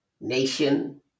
nation